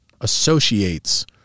associates